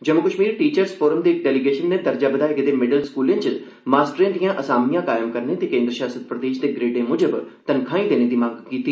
Jammu Kashmir teachers forum दे इक delegation नै दर्जा बधाए गेदे मिडल स्कूले च मास्टरे दिआ असामियां कायम करने ते केन्द्र शासित प्रदेश दे ग्रेडे मुजब तन्खाहीं देने दी मंग कीती